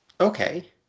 Okay